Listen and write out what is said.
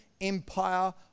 empire